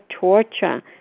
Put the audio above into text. torture